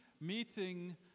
meeting